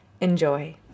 Enjoy